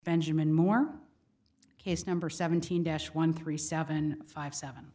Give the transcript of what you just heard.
benjamin moore case number seventeen dash one three seven five